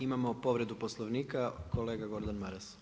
Imamo povredu Poslovnika kolega Gordan Maras.